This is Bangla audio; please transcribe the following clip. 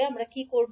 তো আমরা কী করব